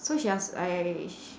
so she ask I sh~